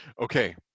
Okay